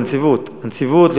בנציבות, הנציבות.